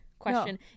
Question